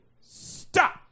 Stop